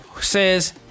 says